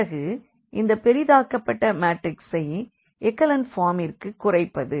பிறகு இந்த பெரிதாக்கப்பட்ட மாற்றிக்ஸை எக்கலன் ஃபார்மிற்குக் குறைப்பது